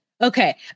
okay